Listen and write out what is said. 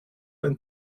and